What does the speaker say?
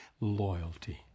loyalty